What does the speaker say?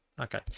okay